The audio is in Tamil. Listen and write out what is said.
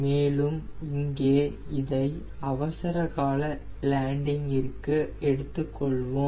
மேலும் இங்கே இதை அவசரகால லேண்டிங்ற்கு எடுத்துக் கொள்வோம்